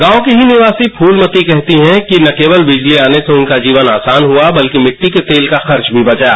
गांव की ही निवासी फूलमती कहती हैं कि न केवल बिजली आने से उनका जीवन आसान हुआ बल्कि मिट्टी के तेल का खर्च भी बचा